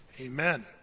amen